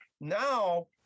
Now